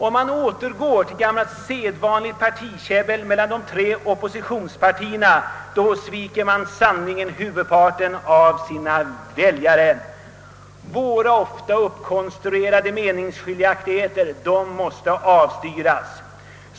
Om man återgår till gammalt sedvanligt partikäbbel mellan de tre oppositionspartierna sviker man sannerligen huvudparten av sina väljare. Våra ofta uppkonstruerade meningsskiljaktigheter måste avstyras.